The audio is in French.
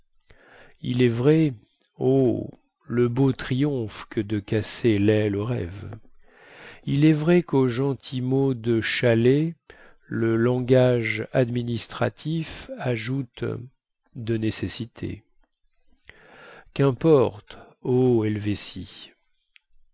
il est vrai oh le beau triomphe que de casser laile aux rêves il est vrai quau gentil mot de chalet le langage administratif ajoute de nécessité quimporte